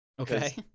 Okay